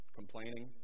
complaining